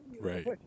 Right